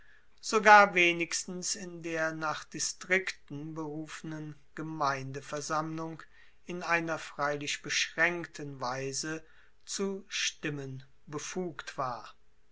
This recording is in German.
sogar wenigstens in der nach distrikten berufenen gemeindeversammlung in einer freilich beschraenkten weise zu stimmen befugt war